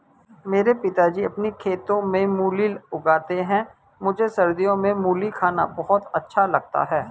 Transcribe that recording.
मेरे पिताजी अपने खेतों में मूली उगाते हैं मुझे सर्दियों में मूली खाना बहुत अच्छा लगता है